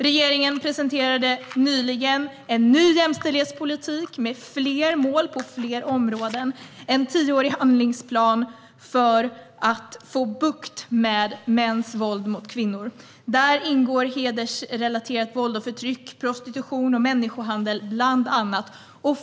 Regeringen presenterade nyligen en ny jämställdhetspolitik med fler mål på fler områden, bland annat en tioårig handlingsplan för att få bukt med mäns våld mot kvinnor. Där ingår bland annat hedersrelaterat våld och förtryck, prostitution och människohandel.